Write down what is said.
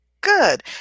good